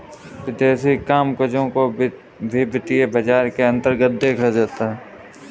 विदेशी कामकजों को भी वित्तीय बाजार के अन्तर्गत देखा जाता है